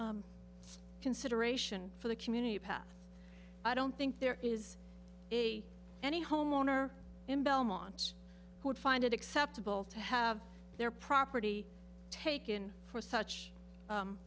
from consideration for the community path i don't think there is a any homeowner in belmont who would find it acceptable to have their property taken for such